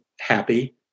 happy